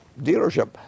dealership